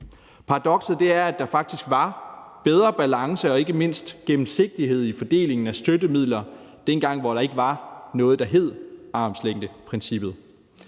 Paradokset er, at der faktisk var bedre balance og ikke mindst gennemsigtighed i fordelingen af støttemidler, dengang der ikke var noget, der hed armslængdeprincippet.